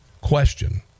question